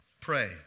pray